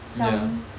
macam